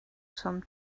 some